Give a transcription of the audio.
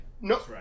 No